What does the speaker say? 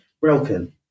Broken